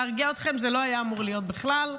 להרגיע אתכם, זה לא היה אמור להיות בכלל.